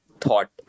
thought